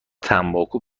تنباکو